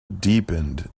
deepened